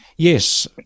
Yes